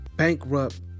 Bankrupt